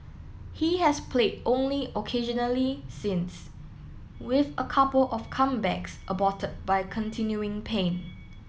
he has played only occasionally since with a couple of comebacks aborted by continuing pain